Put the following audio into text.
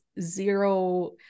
zero